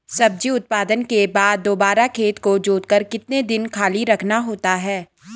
सब्जी उत्पादन के बाद दोबारा खेत को जोतकर कितने दिन खाली रखना होता है?